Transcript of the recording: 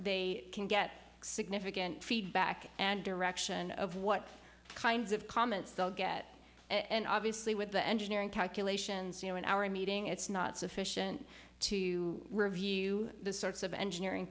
they can get significant feedback and direction of what kinds of comments they'll get and obviously with the engineering calculations you know in our meeting it's not sufficient to review the sorts of engineering